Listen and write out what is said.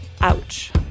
Ouch